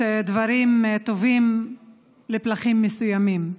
יוצאים דברים טובים לפלחים מסוימים.